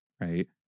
right